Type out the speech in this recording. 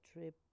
trip